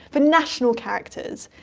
for national characters.